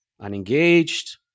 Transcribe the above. unengaged